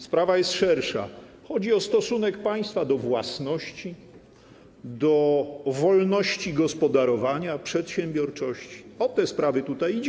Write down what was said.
Sprawa jest szersza, chodzi o stosunek państwa do własności, do wolności gospodarowania, przedsiębiorczości, o te sprawy tutaj chodzi.